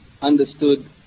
understood